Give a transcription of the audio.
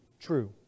true